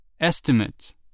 Estimate